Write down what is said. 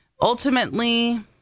ultimately